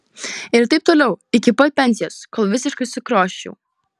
ir taip toliau iki pat pensijos kol visiškai sukrioščiau